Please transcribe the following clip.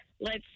lets